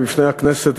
בפני הכנסת,